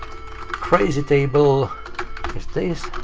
crazytable is this,